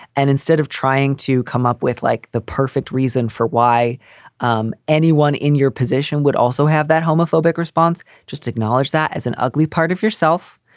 and instead of trying to come up with like the perfect reason for why um anyone in your position would also have that homophobic response. just acknowledge that as an ugly part of yourself,